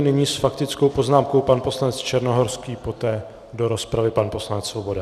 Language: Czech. Nyní s faktickou poznámkou pan poslanec Černohorský, poté do rozpravy pan poslanec Svoboda.